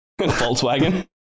Volkswagen